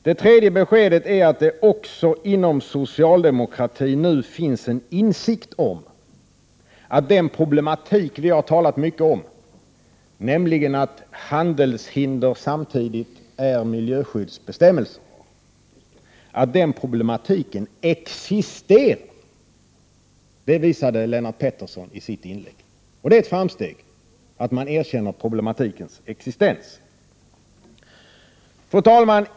Det tredje beskedet är att det nu också inom socialdemokratin finns en insikt om att den problematik som vi har talat mycket om, nämligen att handelshinder samtidigt är miljöskyddsbestämmelser, existerar. Det visade Lennart Pettersson i sitt inlägg. Det är ett framsteg att man erkänner problematikens existens. Fru talman!